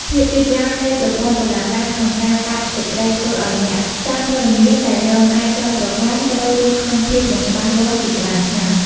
ភាពយឺតយ៉ាវនៃប្រព័ន្ធតុលាការក្នុងការកាត់សេចក្តី ធ្វើឱ្យអ្នកសារព័ត៌មានដែលរងការចោទប្រកាន់ត្រូវរស់ក្នុងភាពមិនច្បាស់លាស់ជាច្រើនឆ្នាំ។